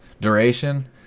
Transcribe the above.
duration